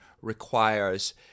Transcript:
requires